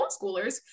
homeschoolers